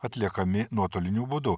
atliekami nuotoliniu būdu